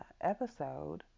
episode